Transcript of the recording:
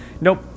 nope